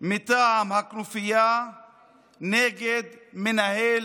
מטעם הכנופיה נגד מנהל